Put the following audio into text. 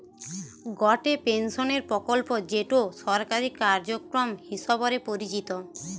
গটে পেনশনের প্রকল্প যেটো সরকারি কার্যক্রম হিসবরে পরিচিত